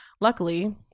Luckily